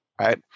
right